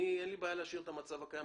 אין לי בעיה להשאיר את המצב הקיים,